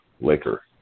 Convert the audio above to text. liquor